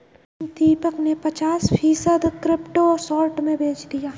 दीपक ने पचास फीसद क्रिप्टो शॉर्ट में बेच दिया